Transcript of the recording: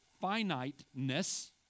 finiteness